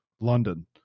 London